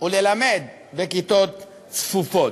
וללמד בכיתות צפופות.